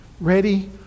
ready